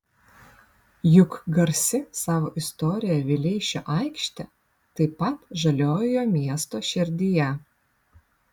juk garsi savo istorija vileišio aikštė taip pat žaliojoje miesto širdyje